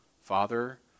Father